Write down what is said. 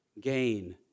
gain